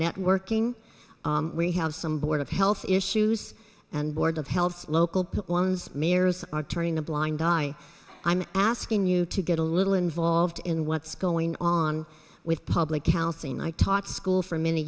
networking we have some board of health issues and board of health local mayors are turning a blind eye i'm asking you to get a little involved in what's going on with public housing i taught school for many